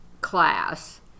class